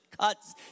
cuts